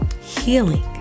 healing